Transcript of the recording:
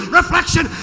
reflection